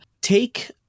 take